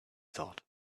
thought